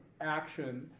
action